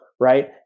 right